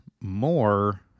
more